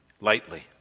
lightly